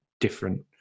different